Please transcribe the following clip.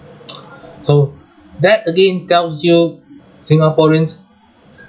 so that again tells you singaporeans